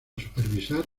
supervisar